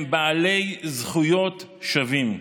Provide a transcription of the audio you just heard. הם בעלי זכויות שווים.